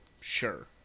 Sure